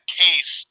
case